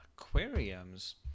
aquariums